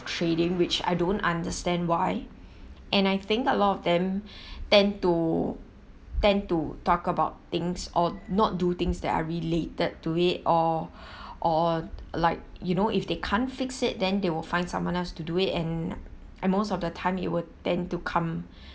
trading which I don't understand why and I think a lot of them tend to tend to talk about things or not do things that are related to it or or like you know if they can't fix it then they will find someone else to do it and at most of the time it will tend to come